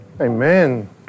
Amen